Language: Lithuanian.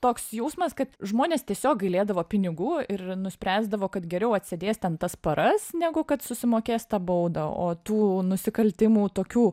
toks jausmas kad žmonės tiesiog gailėdavo pinigų ir nuspręsdavo kad geriau atsėdės ten tas paras negu kad susimokės tą baudą o tų nusikaltimų tokių